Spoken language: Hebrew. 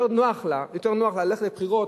יותר נוח לה ללכת לבחירות,